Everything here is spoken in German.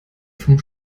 vom